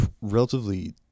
relatively